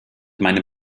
meine